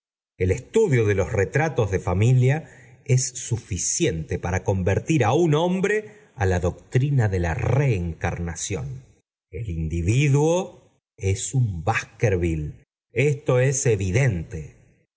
el estudio de los retratos de familia es suficiente pnm convertir á un hombre á la doctrina de la roe ru limación el individuo es un baskerville esto os